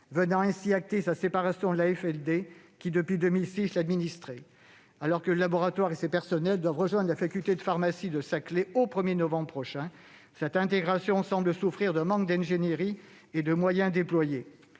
revient à acter sa séparation d'avec l'AFLD, qui, depuis 2006, l'administrait. Alors que le laboratoire et ses personnels doivent rejoindre la faculté de pharmacie de l'université Paris-Saclay au 1 novembre prochain, cette intégration semble souffrir d'un manque d'ingénierie et de moyens déployés.